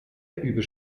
über